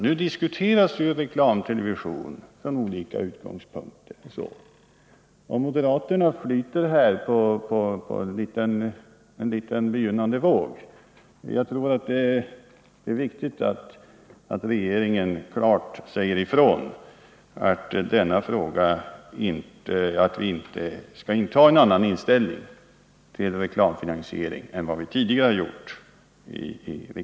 Nu diskuteras reklamtelevision från olika utgångspunkter, och moderaterna flyter här på en liten begynnande våg. Jag tror att det är viktigt att regeringen klart säger ifrån att den inte intar en annan inställning till reklamfinansiering än den tidigare gjort.